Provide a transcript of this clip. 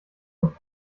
und